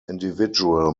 individual